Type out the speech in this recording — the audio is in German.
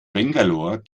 bangalore